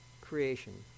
creation